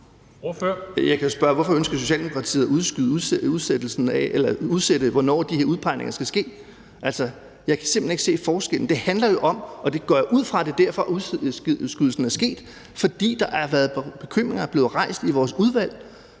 Jeg kan jo spørge: Hvorfor ønsker Socialdemokratiet at udsætte, hvornår de udpegninger skal ske? Altså, jeg kan simpelt hen ikke se forskellen. Det handler jo om – og jeg går ud fra, at det er derfor, at udskydelsen er sket – at der er blevet rejst bekymringer i vores udvalg,